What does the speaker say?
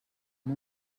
amb